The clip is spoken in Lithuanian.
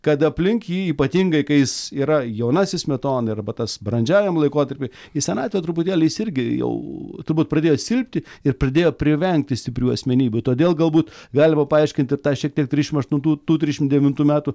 kad aplink jį ypatingai kai jis yra jaunasis smetona arba tas brandžiajam laikotarpy į senatvę truputėli jis irgi jau turbūt pradėjo silpti ir pradėjo privengti stiprių asmenybių todėl galbūt galima paaiškinti ir tą šiek tiek trišim aštuntų tų trišim devintų metų